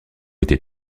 était